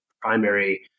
primary